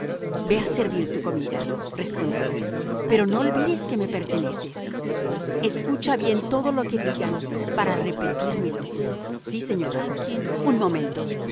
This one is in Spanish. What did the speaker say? ve a servir tu comida respondió pero no olvides que me perteneces escucha bien todo lo que digan para repetírmelo sí señora un momento